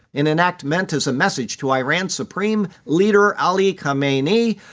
in an act meant as a message to iran's supreme leader ali khamenei.